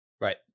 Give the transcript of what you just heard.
Right